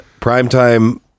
primetime